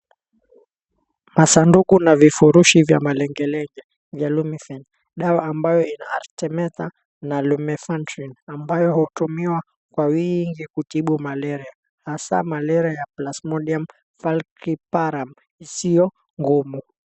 Masanduku na vifurushi vya malengelenge vya lumefen, dawa ambayo ina Artemether na Lumefantrine ambayo hutumiwa kwa wingi kutibu malaria, hasa malaria ya Plasmodium falciparum isiyo ngumu.